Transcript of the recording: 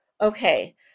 okay